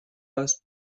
است